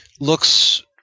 looks